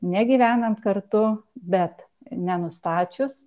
negyvenant kartu bet nenustačius